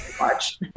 watch